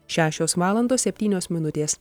šešios valandos septynios minutės